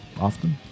often